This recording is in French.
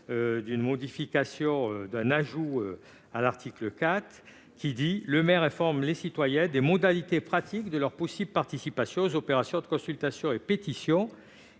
ce dernier amendement à l'article 4, que le maire informe ses citoyens des modalités pratiques de leur possible participation aux opérations de consultation et pétitions